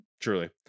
Truly